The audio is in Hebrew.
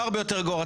לא הרבה יותר גרוע.